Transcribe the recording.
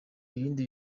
ibindi